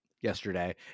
yesterday